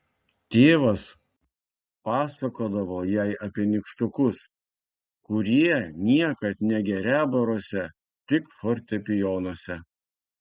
tėvas pasakodavo jai apie nykštukus kurie niekad negerią baruose tik fortepijonuose